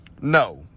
No